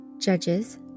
Judges